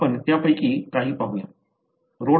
आपण त्यापैकी काही पाहू